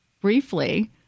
briefly